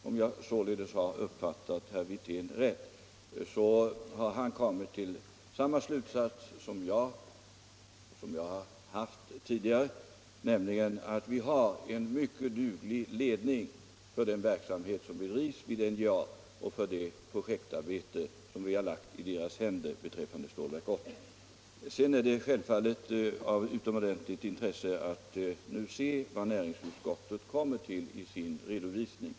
Om jag således har uppfattat herr Wirtén rätt, har han kommit till samma slutsats som jag tidigare gjort, nämligen att vi har en mycket duglig ledning för den verksamhet som bedrivs vid NJA och för det projektarbete som har lagts i deras händer beträffande Stålverk 80. Sedan är det naturligtvis av utomordentligt intresse att nu se vad näringsutskottet kommer till i sin redovisning.